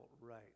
right